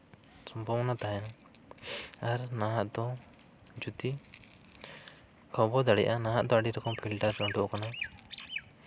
ᱥᱚᱢᱵᱷᱚᱵᱚᱱᱟ ᱛᱟᱦᱮᱱᱟ ᱟᱨ ᱱᱟᱦᱟᱜ ᱫᱚ ᱡᱩᱫᱤ ᱵᱟᱵᱚ ᱫᱟᱲᱮᱭᱟᱜᱼᱟ ᱱᱟᱦᱟᱜ ᱫᱚ ᱟᱹᱰᱤ ᱨᱚᱠᱚᱢ ᱯᱷᱤᱞᱴᱟᱨ ᱠᱚ ᱩᱰᱩᱠ ᱠᱟᱱᱟ